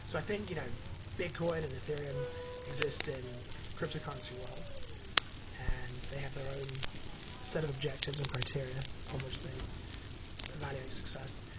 so i think you know bitcoin and ethereum exist in the cryptocurrency world and they have their own set of objectives and criteria on which they evaluate success.